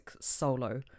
solo